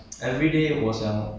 多才多艺啊